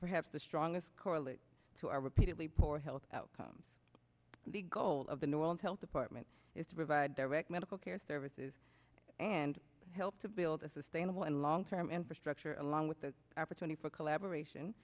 perhaps the strongest correlate to our repeatedly poor health outcomes the goal of the new world health department is to provide direct medical care services and help to build a sustainable and long term infrastructure along with the opportunity for collaboration